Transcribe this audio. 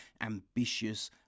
ambitious